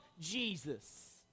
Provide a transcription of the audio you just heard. Jesus